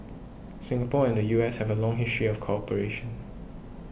Singapore and the U S have a long history of cooperation